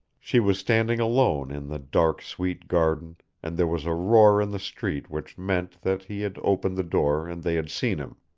she was standing alone in the dark, sweet garden and there was a roar in the street which meant that he had opened the door and they had seen him.